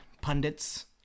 pundits